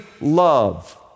love